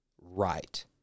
right